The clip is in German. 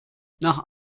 nach